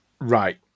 Right